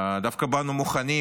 דווקא באנו מוכנים,